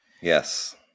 Yes